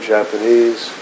Japanese